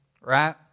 right